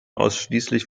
ausschließlich